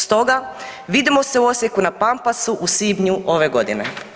Stoga, vidimo se u Osijeku na Pampasu u svibnju ove godine.